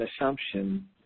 assumption